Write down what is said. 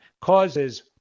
causes